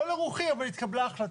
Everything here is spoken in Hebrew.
לא לרוחי, אבל התקבלה החלטה.